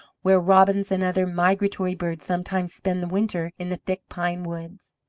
where robins and other migratory birds sometimes spend the winter in the thick pine woods.